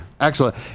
excellent